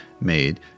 made